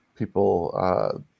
people